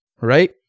right